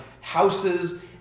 houses